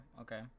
okay